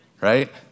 right